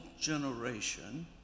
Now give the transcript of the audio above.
generation